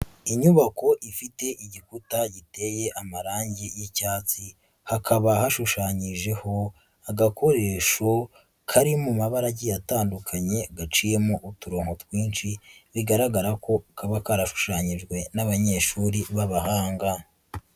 Inyubako ifite igikuta giteye amarangi y'icyatsi, hakaba hashushanyijeho agakoresho, kari mu mabara agiye atandukanye gaciyemo uturongo twinshi, bigaragara ko kaba karashushanyijwe n'abanyeshuri b'abahanga.